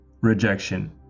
rejection